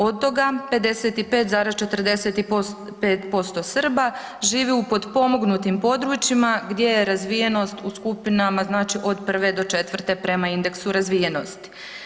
Od toga 55,45% Srba živi u potpomognutim područjima gdje je razvijenost u skupinama, znači od 1. do 4. prema indeksu razvijenosti.